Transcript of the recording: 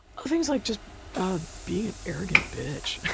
things like just ah being an arrogant bitch.